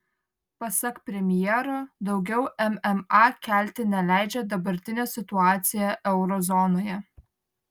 pasak premjero daugiau mma kelti neleidžia dabartinė situacija euro zonoje